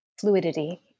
fluidity